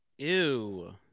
Ew